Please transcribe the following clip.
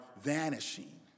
vanishing